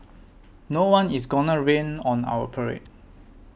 no one is gonna rain on our parade